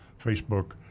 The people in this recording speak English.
Facebook